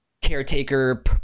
caretaker